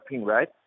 right